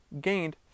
gained